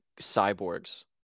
cyborgs